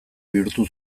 bihurtu